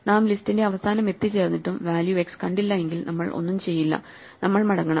നാം ലിസ്റ്റിന്റെ അവസാനം എത്തിച്ചേർന്നിട്ടും വാല്യൂ X കണ്ടില്ല എങ്കിൽ നമ്മൾ ഒന്നും ചെയ്യില്ല നമ്മൾ മടങ്ങണം